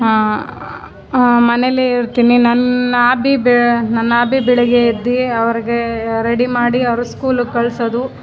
ಮನೆಯಲ್ಲೇ ಇರ್ತೀನಿ ನನ್ನ ಆಬಿ ನನ್ನ ಆಬಿ ಬೆಳಗ್ಗೆ ಎದ್ದು ಅವರಿಗೆ ರೆಡಿ ಮಾಡಿ ಅವ್ರು ಸ್ಕೂಲಿಗೆ ಕಳಿಸೋದು